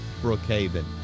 Brookhaven